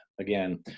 again